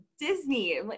Disney